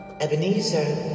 Ebenezer